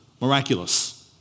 miraculous